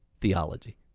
theology